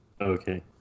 Okay